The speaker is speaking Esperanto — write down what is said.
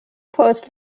post